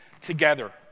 together